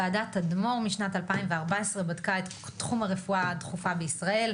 וועדת תדמור משנת 2014 בדקה את תחום הרפואה הדחופה בישראל,